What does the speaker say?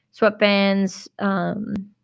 sweatbands